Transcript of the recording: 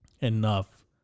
enough